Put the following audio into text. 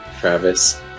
Travis